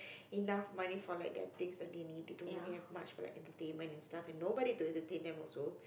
enough money for like the things they need to do and they don't have much entertainment and stuff and nobody to entertain them also